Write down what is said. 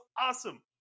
awesome